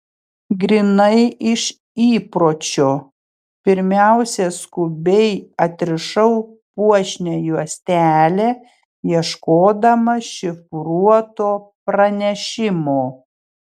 grynai iš įpročio pirmiausia skubiai atrišau puošnią juostelę ieškodama šifruoto pranešimo